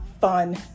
fun